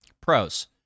Pros